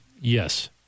Yes